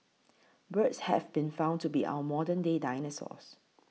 birds have been found to be our modern day dinosaurs